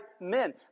men